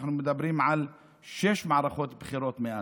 אנחנו מדברים על שש מערכות בחירות.